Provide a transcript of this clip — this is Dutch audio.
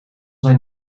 hij